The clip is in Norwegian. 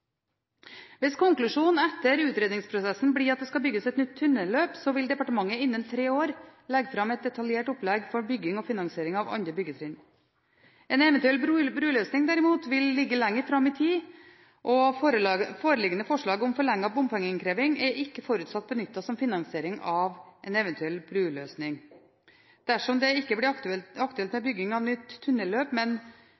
Hvis konklusjonen etter utredningsprosessen blir at det skal bygges et nytt tunnelløp, vil departementet innen tre år legge fram et detaljert opplegg for bygging og finansiering av andre byggetrinn. En eventuell bruløsning, derimot, vil ligge lenger fram i tid. Foreliggende forslag om forlenget bompengeinnkreving er ikke forutsatt benyttet som finansiering av en eventuell bruløsning. Dersom det ikke blir aktuelt med